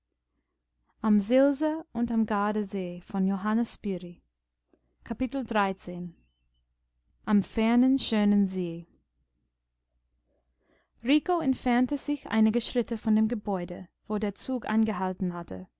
am fernen schönen see rico entfernte sich einige schritte von dem gebäude wo der zug angehalten hatte